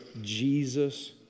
Jesus